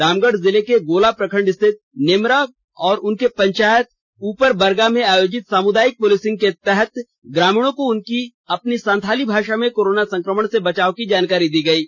रामगढ़ जिले के गोला प्रखंड स्थित नेमरा और उनके पंचायत ऊपर बरगा में आयोजित सामुदायिक पुलिसिंग के तहत ग्रामीणों को उनकी अपनी संथाली भाषा में कोरोना संक्रमण से बचाव की जानकारी दी गयी